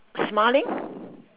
smiling